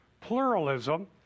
pluralism